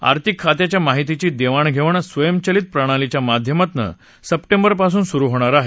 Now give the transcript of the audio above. आर्थिक खात्याच्या माहितीची देवाण घेवाण स्वयंचलित प्रणालीच्या माध्यमातनं सप्टेंबरपासून सुरु होणार आहे